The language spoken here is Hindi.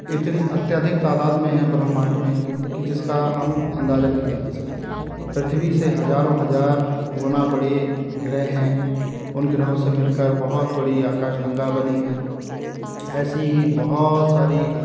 इतनी अत्याधिक तादात में है ब्रह्मांड में कि जिसका हम अंदाज़ा नहीं लगा सकते पृथ्वी से हज़ारों हज़ार गुणा बड़े ग्रह हैं उन ग्रहों से मिल कर बहुत बड़ी आकाश गंगा बनी है ऐसी ही बहुत सारी